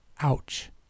Ouch